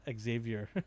Xavier